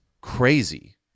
crazy